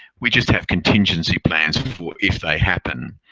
we just have contingency plans if they happen.